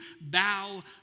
bow